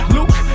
Luke